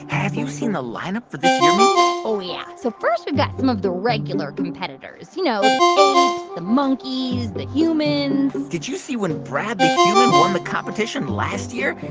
have you seen the lineup for this year, mindy? oh, yeah. so first, we've got some of the regular competitors you know, the apes, the monkeys, the humans did you see when brad the human won the competition last year?